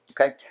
Okay